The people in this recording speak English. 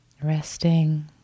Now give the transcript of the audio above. Resting